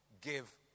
give